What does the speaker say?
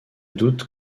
doutes